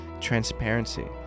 transparency